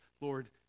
Lord